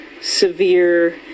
severe